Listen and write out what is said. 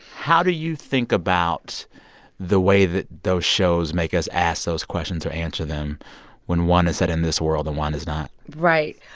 how do you think about the way that those shows make us ask those questions or answer them when one is set in this world and one is not? right.